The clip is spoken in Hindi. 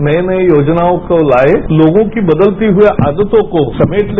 नई नई योजनाओं को लाएं लोगों की बदलती हुई आदतों को समेट ले